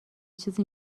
چیزی